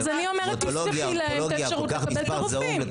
אז אני אומרת תפתחי להם את האפשרות לקבל את הרופאים.